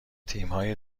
تیمهای